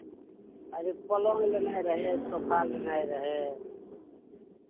अरे पलङ्ग लेनाय रहै सोफा लेनाय रहै